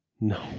no